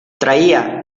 traía